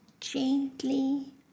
gently